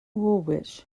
woolwich